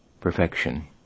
perfection